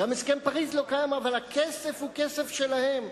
גם הסכם פריס לא קיים, אבל הכסף הוא כסף שלהם.